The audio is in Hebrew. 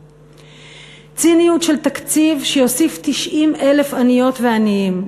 ציניות של תקציב שיוסיף 90,000 עניות ועניים,